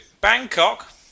Bangkok